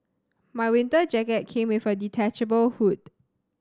my winter jacket came with a detachable hood